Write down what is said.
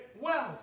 wealth